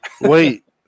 Wait